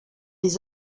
les